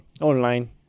online